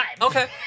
okay